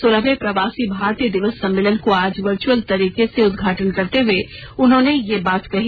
सोलहवें प्रवासी भारतीय दिवस सम्मेलन का आज वर्च्यअल तरीके से उदघाटन करते हुए उन्होंने यह बात कही